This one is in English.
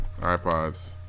iPods